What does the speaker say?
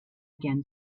again